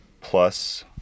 plus